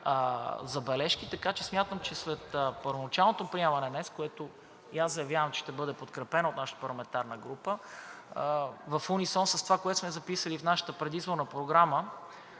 забележки. Така че смятам, че след първоначалното приемане днес, като и аз заявявам, че ще бъде подкрепено от нашата парламентарна група в унисон с това, което сме записали в нашата предизборна програма